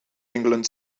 england